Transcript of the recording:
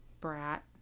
brat